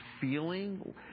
feeling